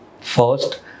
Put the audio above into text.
first